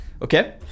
Okay